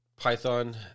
Python